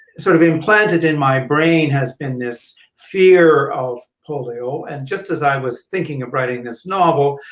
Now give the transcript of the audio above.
sort of the implanted in my brain has been this fear of polio, and just as i was thinking of writing this novel,